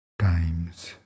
times